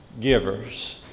givers